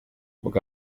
ubwo